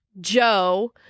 Joe